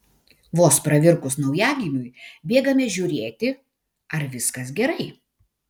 vos pravirkus naujagimiui bėgame žiūrėti ar viskas gerai